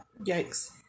Yikes